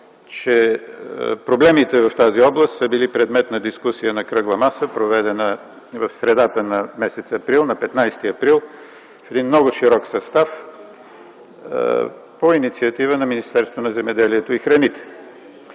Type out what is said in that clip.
че проблемите в тази област са били предмет на дискусия на кръгла маса, проведена в средата на месец април на 15 април в един много широк състав по инициатива на Министерството на земеделието и храните.